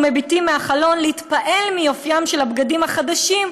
ומביטים מהחלון להתפעל מיופיים של הבגדים החדשים,